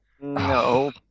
No